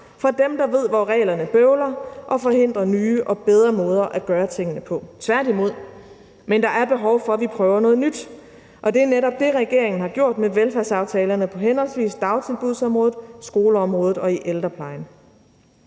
fra dem, der ved, hvor reglerne er bøvlede og forhindrer nye og bedre måder at gøre tingene på – tværtimod. Men der er behov for, at vi prøver noget nyt, og det er netop det, regeringen har gjort med velfærdsaftalerne på henholdsvis dagtilbudsområdet, skoleområdet og i ældreplejen.